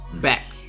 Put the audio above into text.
back